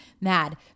mad